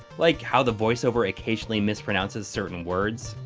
like how the voiceover occasionally mispronounces certain words.